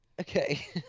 Okay